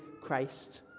Christ